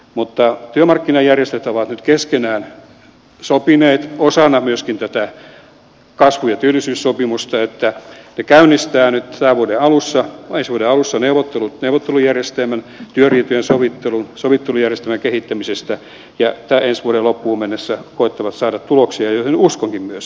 mutta työmarkkinajärjestöt ovat nyt keskenään sopineet osana myöskin tätä kasvu ja työllisyyssopimusta että ne käynnistävät nyt ensi vuoden alussa neuvottelut neuvottelujärjestelmän työriitojen sovittelujärjestelmän kehittämisestä ja ensi vuoden loppuun mennessä koettavat saada tuloksia joihin uskonkin myös